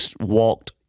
walked